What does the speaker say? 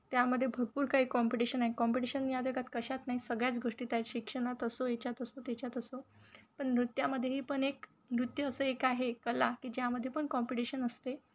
त्यामध्ये भरपूर काही कॉम्पिटिशन आहे कॉम्पिटिशन या जगात कशात नाही सगळ्याच गोष्टीत आहेत शिक्षणात असो याच्यात असो त्याच्यात असो पण नृत्यामध्येही पण एक नृत्य असं एक आहे कला की ज्यामध्ये पण कॉम्पिटिशन असते